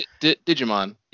Digimon